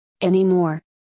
anymore